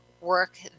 work